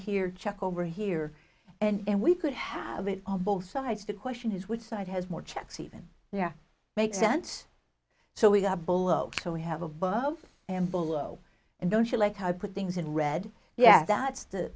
here check over here and we could have it on both sides of the question is which side has more checks even yeah makes sense so we got bolo so we have above and below and don't feel like i put things in red yet that's th